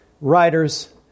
writers